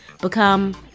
become